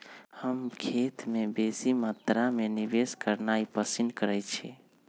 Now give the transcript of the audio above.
हम खेत में बेशी मत्रा में निवेश करनाइ पसिन करइछी